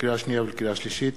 לקריאה שנייה ולקריאה שלישית: